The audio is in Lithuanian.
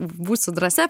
būsiu drąsia